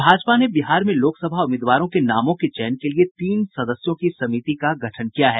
भाजपा ने बिहार में लोकसभा उम्मीदवारों के नामों के चयन के लिये तीन सदस्यों की समिति का गठन किया है